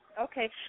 Okay